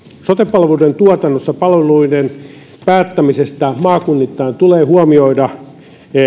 sote palveluiden tuotannossa palveluiden päättämisessä maakunnittain tulee huomioida